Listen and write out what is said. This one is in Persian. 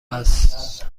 است